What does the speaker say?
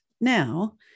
now